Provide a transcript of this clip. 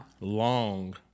Long